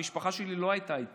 המשפחה שלי לא הייתה איתי,